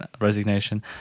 resignation